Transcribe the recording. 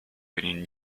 within